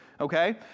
Okay